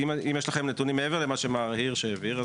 אם יש לכם נתונים מעבר למה שמר הירש העביר,